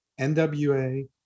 NWA